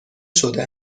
شده